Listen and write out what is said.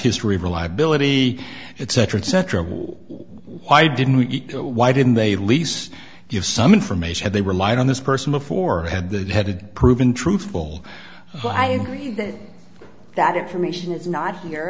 history of reliability it cetera et cetera why didn't we know why didn't they least give some information and they relied on this person before had that headed proven truthful but i agree that that information is not here